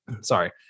Sorry